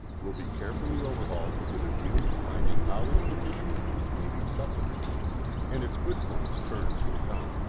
will be carefully overhauled with a view to finding how its deficiencies may be supplemented and its good points turned to account.